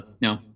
no